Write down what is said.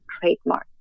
trademark